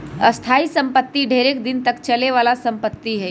स्थाइ सम्पति ढेरेक दिन तक चले बला संपत्ति हइ